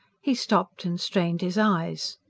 he stopped, and strained his eyes.